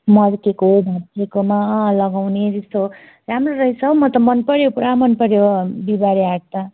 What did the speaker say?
मर्केको भाँचिएकोमा लगाउने त्यस्तो राम्रो रहेछ हौ म त मनपऱ्यो पुरा मनपऱ्यो बिहिबारे हाट त